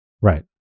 right